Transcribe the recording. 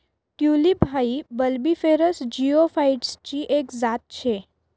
tulip हाई bulbiferous जिओफाइटसची एक जात शे